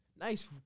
nice